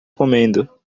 comendo